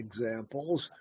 examples